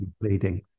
bleeding